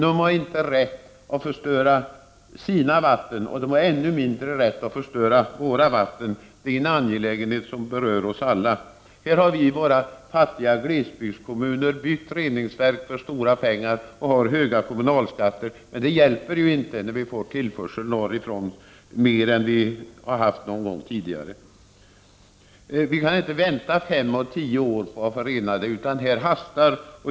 De har inte rätt att förstöra sina vatten, och de har ännu mindre rätt att förstöra våra vatten. Det är en angelägenhet som berör oss alla. Våra fattiga glesbygdskommuner har byggt reningsverk för stora pengar. Vi har höga kommunalskatter. Men det hjälper inte när vi får en större tillförsel norrifrån än vi har haft någon gång tidigare. Vi kan inte vänta fem och tio år på att få renare vatten, utan det hastar.